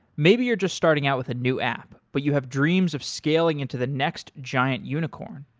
maybe you're just starting out with a new app, but you have dreams of scaling into the next giant unicorn.